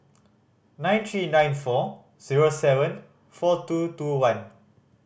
nine three nine four zero seven four two two one